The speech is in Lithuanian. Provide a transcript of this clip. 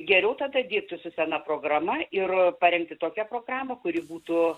geriau tada dirbti su sena programa ir parengti tokią programą kuri būtų